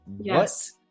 Yes